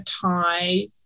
tie